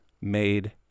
made